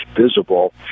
visible